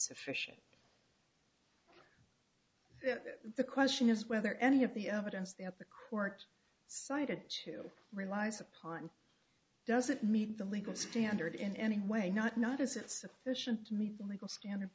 sufficient the question is whether any of the evidence that the court cited two relies upon doesn't meet the legal standard in any way not not is it sufficient to meet the legal standard